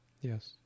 Yes